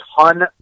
ton